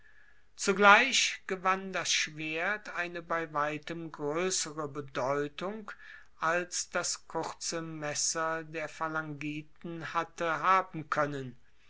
zugleich gewann das schwert eine bei weitem groessere bedeutung als das kurze messer der phalangiten hatte haben koennen